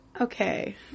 okay